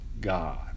God